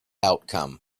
outcome